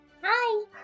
Hi